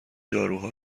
دارو